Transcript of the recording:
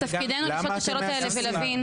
תפקידנו לשאול את השאלות האלה ולהבין.